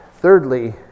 thirdly